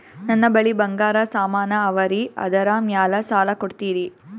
ನನ್ನ ಬಳಿ ಬಂಗಾರ ಸಾಮಾನ ಅವರಿ ಅದರ ಮ್ಯಾಲ ಸಾಲ ಕೊಡ್ತೀರಿ?